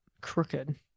crooked